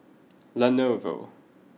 Lenovo